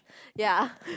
ya